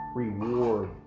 reward